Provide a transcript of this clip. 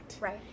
Right